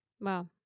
Wow